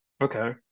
Okay